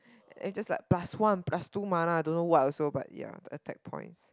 and is just like plus one plus two mana don't know what also but ya attack points